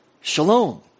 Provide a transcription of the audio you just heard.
Shalom